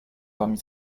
parmi